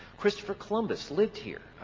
christopher columbus lived here,